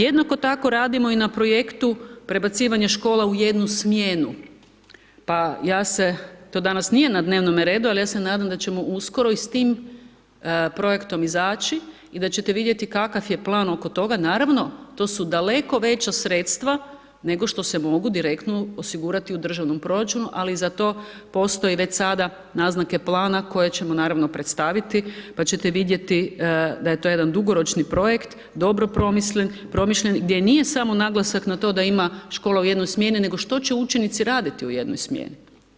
Jednako tako radimo i na projektu prebacivanja škola u jednu smjenu pa ja se, to danas nije na dnevnom redu, ali ja se nadam da ćemo uskoro i s tim projektom izaći i da ćete vidjeti kakav je plan oko toga, naravno, to su daleko veća sredstva nego što se mogu direktno osigurati u državnom proračunu ali za to postoji već sada naznake plana koje će naravno predstaviti pa ćete vidjeti da je to jedan dugoročni projekt, dobro promišljen gdje nije samo naglasak na to da ima škola u jednoj smjeni nego što će učenici raditi u jednoj smjeni.